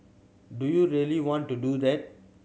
do you really want to do that